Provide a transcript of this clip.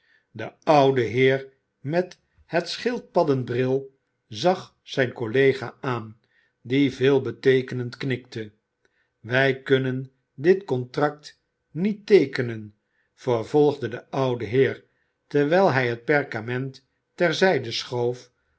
de oude heer met het schildpadden bril zag zijn collega aan die veelbeteekenend knikte wij kunnen dit contract niet teekenen vervolgde de oude heer terwijl hij het perkament ter zijde schoof